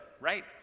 right